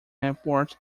airport